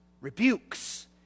rebukes